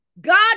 God